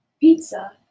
pizza